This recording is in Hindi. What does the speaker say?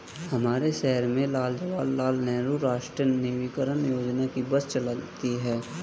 हमारे शहर में जवाहर लाल नेहरू राष्ट्रीय शहरी नवीकरण योजना की बस चलती है